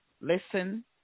listen